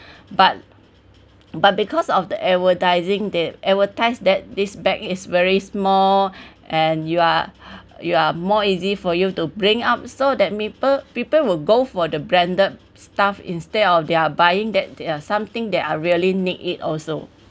but but because of the advertising they advertise that this bag is very small and you are you are more easy for you to bring up so that people people will go for the branded stuff instead of their buying that something they are really need it also